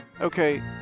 Okay